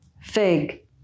fig